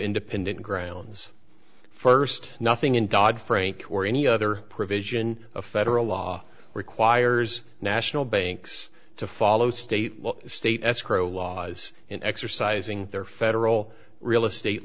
independent grounds first nothing in dodd frank or any other provision of federal law requires national banks to follow state state escrow laws in exercising their federal real estate